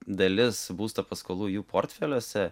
dalis būsto paskolų jų portfeliuose